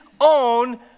own